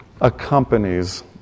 accompanies